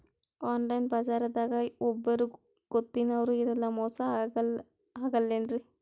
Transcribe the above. Online ಬಜಾರದಾಗ ಒಬ್ಬರೂ ಗೊತ್ತಿನವ್ರು ಇರಲ್ಲ, ಮೋಸ ಅಗಲ್ಲೆನ್ರಿ?